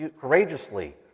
courageously